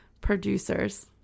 producers